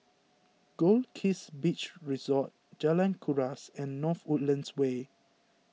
Goldkist Beach Resort Jalan Kuras and North Woodlands Way